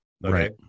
right